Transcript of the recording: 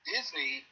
Disney